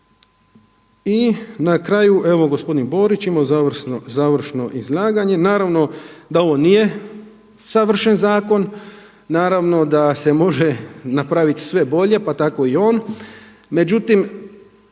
I na kraju evo gospodin Borić je imao završno izlaganje. Naravno da ovo nije savršen zakon. Naravno da se može napraviti sve bolje, pa tako i on.